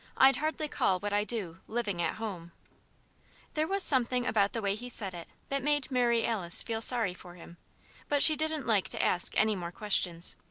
i'd hardly call what i do living at home there was something about the way he said it that made mary alice feel sorry for him but she didn't like to ask any more questions.